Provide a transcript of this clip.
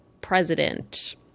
president